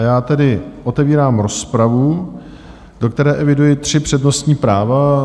Já tedy otevírám rozpravu, do které eviduji tři přednostní práva.